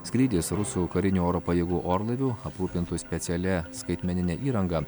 skrydis rusų karinių oro pajėgų orlaivių aprūpintų specialia skaitmenine įranga